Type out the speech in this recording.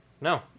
No